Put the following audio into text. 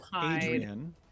adrian